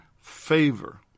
favor